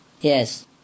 Yes